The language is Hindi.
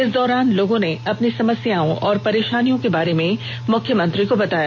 इस दौरान लोगों ने अपनी समस्याओं और परेशानियों के बारे में मुख्यमंत्री को बताया